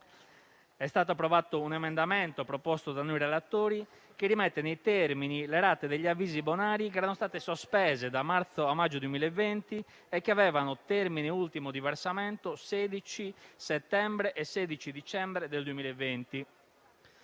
È stato approvato un emendamento proposto da noi redattori che rimette nei termini le rate degli avvisi bonari che erano state sospese da marzo a maggio 2020 e che avevano termine ultimo di versamento il 16 settembre e il 16 dicembre 2020.